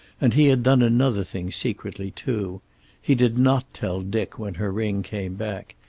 and he had done another thing secretly, too he did not tell dick when her ring came back.